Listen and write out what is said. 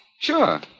Sure